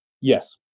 Yes